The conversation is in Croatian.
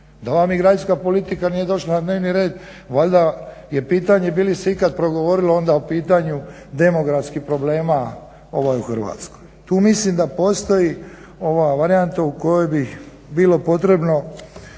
da emigracijska politika nije došla na dnevni red valjda je pitanje bi li se ikad progovorilo onda o pitanju demografskih problema u Hrvatskoj. Tu mislim da postoji ova varijanta u kojoj bi bilo potrebno